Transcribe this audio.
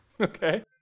okay